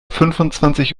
fünfundzwanzig